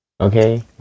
Okay